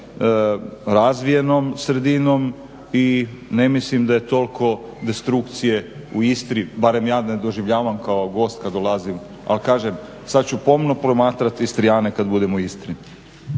razvijenom sredinom i ne mislim da je toliko destrukcije u Istri, barem ja ne doživljavam kao gost kad dolazim ali kažem sad ću pomno promatrati Istrijane kad budem u Istri.